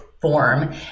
form